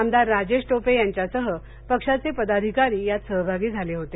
आमदार राजेश टोपे यांच्यासह पक्षाचे पदाधिकारी यात सहभागी झाले होते